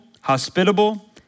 hospitable